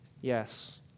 Yes